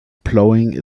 plowing